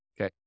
Okay